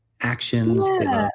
actions